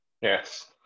Yes